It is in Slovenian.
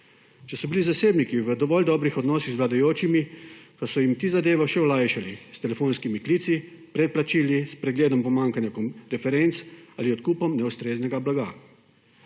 Če so bili zasebniki v dovolj dobrih odnosih z vladajočimi, pa so jim ti zadevo še olajšali s telefonskimi klici, preplačili, s pregledom pomanjkanja referenc ali odkupom neustreznega blaga.